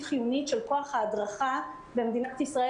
חיונית של כוח ההדרכה במדינת ישראל.